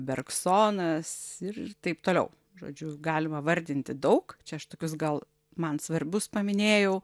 bergsonas ir taip toliau žodžiu galima vardinti daug čia aš tokius gal man svarbius paminėjau